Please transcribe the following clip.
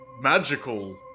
magical